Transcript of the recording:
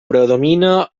predomina